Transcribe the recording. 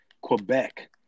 Quebec